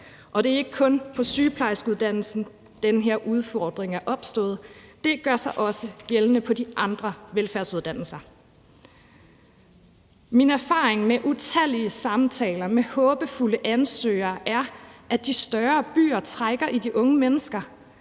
Det er ikke kun på sygeplejerskeuddannelsen, den her udfordring er opstået. Det gør sig også gældende på de andre velfærdsuddannelser. Min erfaring med utallige samtaler med håbefulde ansøgere er, at de større byer trækker i de unge mennesker.